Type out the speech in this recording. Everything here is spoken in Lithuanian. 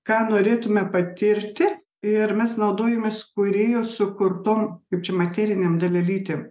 ką norėtume patirti ir mes naudojamės kūrėjo sukurtom kaip čia materinėm dalelytė